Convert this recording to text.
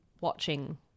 watching